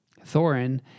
Thorin